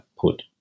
put